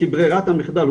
כברירת המחדל,